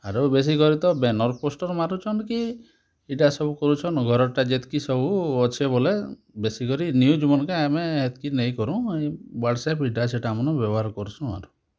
ୟାଠୁ ବେଶୀ କରି ତ ବ୍ୟାନର୍ ପୋଷ୍ଟର୍ ମାରୁଛନ୍ତି କି ଇଟା ସବୁ କରୁଛନ୍ ଘରଟା ଯେତ୍କି ସବୁ ଅଛେ ବୋଲେ ବେଶୀ କରି ନ୍ୟୁଜ୍ମାନଙ୍କୁ ଆମେ ହେତ୍କି ନେଇ କରୁ ୱାଟ୍ସପ୍ ଏଇଟା ସେଇଟା ଆମର ବ୍ୟବହାର କର୍ସୁଁ ଆରୁ